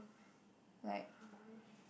like